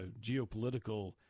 geopolitical